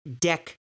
Deck